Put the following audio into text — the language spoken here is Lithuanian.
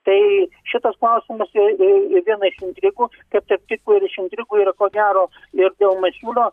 tai šitas klausimas ir ir viena iš intrigų kad tarp kitko ir iš intrigų ir ko gero ir dėl mačiulio